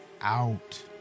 Out